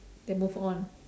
they move on